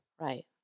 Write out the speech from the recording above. Right